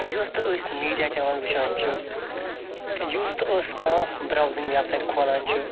یُس تہٕ أسۍ میٖڈیا چَنَل وٕچھان چھِ یُس تہٕ أسۍ کانٛہہ براوزِنٛگ ویٚب سایٹ کھولان چھِ